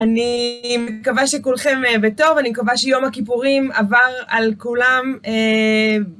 אני מקווה שכולכם בטוב, אני מקווה שיום הכיפורים עבר על כולם.